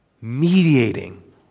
mediating